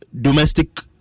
domestic